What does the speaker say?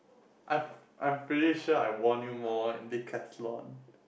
I I'm pretty sure I won you more in Decathlon